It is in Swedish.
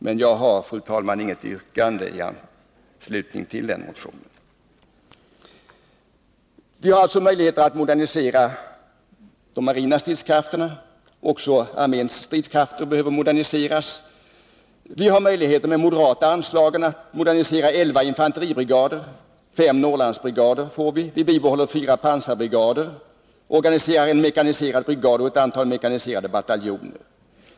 Jag har emellertid, fru talman, inget yrkande i anslutning till motionen. Vi får alltså med vårt förslag möjligheter att modernisera de marina stridskrafterna. Också arméns stridskrafter behöver moderniseras. Med moderaternas förslag ges möjligheter att modernisera elva infanteribrigader och fem Norrlandsbrigader, att bibehålla fyra pansarbrigader och att organisera en mekaniserad brigad och ett antal mekaniserade bataljoner.